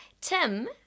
Tim